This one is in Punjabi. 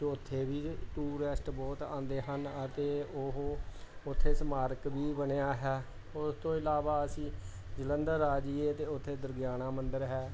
ਉੱਥੇ ਵੀ ਟੂਰਿਸਟ ਬਹੁਤ ਆਉਂਦੇ ਹਨ ਅਤੇ ਉਹ ਉੱਥੇ ਸਮਾਰਕ ਵੀ ਬਣਿਆ ਹੈ ਉਸ ਤੋਂ ਇਲਾਵਾ ਅਸੀਂ ਜਲੰਧਰ ਆ ਜਾਈਏ ਅਤੇ ਉੱਥੇ ਦੁਰਗਿਆਣਾ ਮੰਦਰ ਹੈ